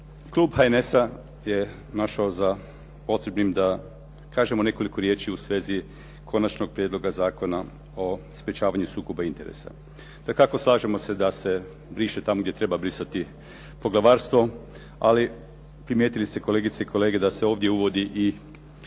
Klub HNS-a je našao za potrebnim da kažemo nekoliko riječi u svezi Konačnog prijedloga zakona o sprječavanju sukoba interesa. Dakako, slažemo se da se briše tamo gdje treba brisati poglavarstvo, ali primijetili ste kolegice i kolege da se ovdje uvodi i institucija